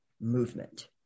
movement